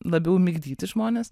labiau migdyti žmones